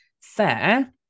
fair